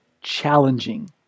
challenging